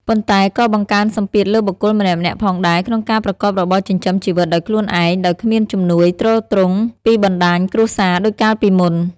ប៉ុន្តែក៏បង្កើនសម្ពាធលើបុគ្គលម្នាក់ៗផងដែរ ក្នុងការប្រកបរបរចិញ្ចឹមជីវិតដោយខ្លួនឯង ដោយគ្មានជំនួយទ្រទ្រង់ពីបណ្តាញគ្រួសារដូចកាលពីមុន។